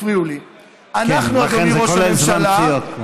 הפריעו לי, כן, לכן זה כולל זמן פציעות.